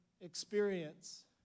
experience